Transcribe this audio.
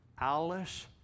Alice